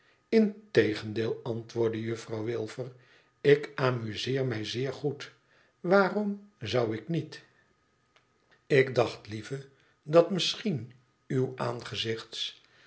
integendeel antwoordde jufouw wilfer ik amuseer mij zeer goed waarom zou ik niet ik dacht lieve dat misschien uw aangezichts